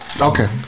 Okay